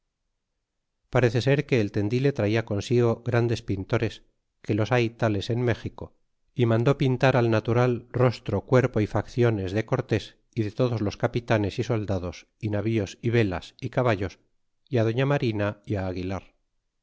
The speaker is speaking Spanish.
parece ser que el tendile trata consigo grandes pintores que los hay tales en méxico y mandó pintar al natural rostro cuerpo y facciones de cortés y de todos los capitanes y soldados y navíos y velas e caballos y á doña marina aguilar